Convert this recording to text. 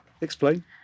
Explain